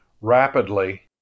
rapidly